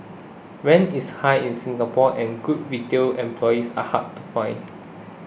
rent is high in Singapore and good retail employees are hard to find